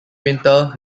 winter